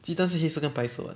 鸡蛋是黑色跟白色 [what]